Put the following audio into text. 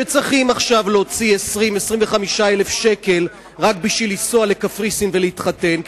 שצריכים עכשיו להוציא 20 25 אלף שקל רק בשביל לנסוע לקפריסין ולהתחתן,